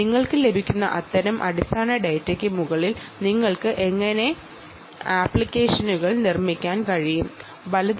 നിങ്ങൾക്ക് ലഭിക്കുന്ന അത്തരം ഡാറ്റ വെച്ച് നിങ്ങൾക്ക് എങ്ങനെ ആപ്ലിക്കേഷനുകൾ നിർമ്മിക്കാൻ കഴിയും